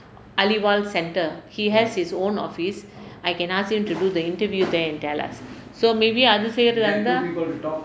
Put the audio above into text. aliwal centre he has his own office I can ask him to do the interview there and tell us so maybe அது செய்றதா இருந்தா:athu seyrathaa irunthaa